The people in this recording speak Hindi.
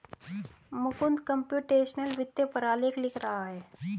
मुकुंद कम्प्यूटेशनल वित्त पर आलेख लिख रहा है